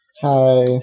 Hi